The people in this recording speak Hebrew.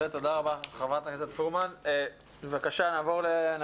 תודה רבה, חברת הכנסת פרומן.